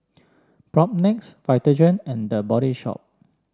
Propnex Vitagen and The Body Shop